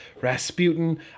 Rasputin